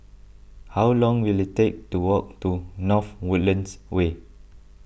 how long will it take to walk to North Woodlands Way